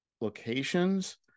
locations